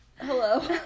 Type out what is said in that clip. Hello